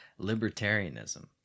libertarianism